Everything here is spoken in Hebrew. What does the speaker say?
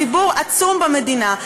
ציבור עצום במדינה.